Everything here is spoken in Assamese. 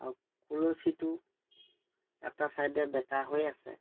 আৰু কলচীটো এটা ছাইডে বেকা হৈ আছে